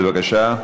בבקשה.